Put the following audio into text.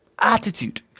Attitude